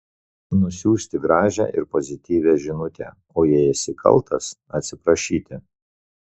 nusiųsti gražią ir pozityvią žinutę o jei esi kaltas atsiprašyti